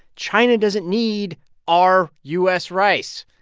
china doesn't need our u s. rice,